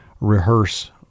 rehearse